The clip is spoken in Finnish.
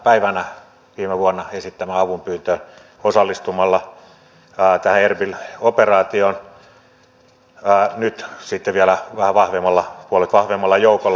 päivänä viime vuonna esittämään avunpyyntöön osallistumalla tähän erbil operaatioon nyt sitten vielä puolet vahvemmalla joukolla